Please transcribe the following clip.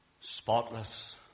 Spotless